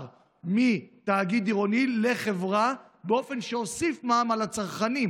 מתאגיד עירוני לחברה באופן שהוסיף מע"מ על הצרכנים,